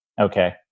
Okay